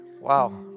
Wow